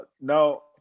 no